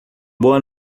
boa